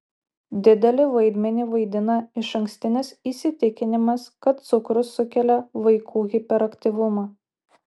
didelį vaidmenį vaidina išankstinis įsitikinimas kad cukrus sukelia vaikų hiperaktyvumą